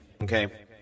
Okay